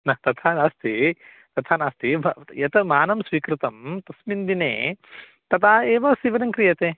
न तथा नास्ति तथा नास्ति व यत् मानं स्वीकृतं तस्मिन् दिने तदा एव सीवनं क्रियते